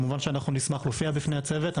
כמובן שאנחנו נשמח להופיע בפני הצוות.